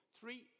Three